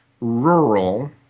rural